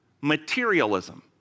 materialism